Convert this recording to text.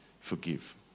forgive